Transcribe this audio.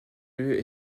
lieu